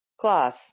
class